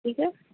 ٹھیک ہے